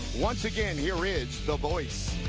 once again here is the